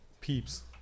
peeps